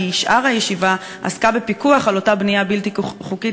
כי שאר הישיבה עסקה בפיקוח על אותה בנייה בלתי חוקית,